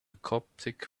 coptic